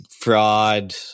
fraud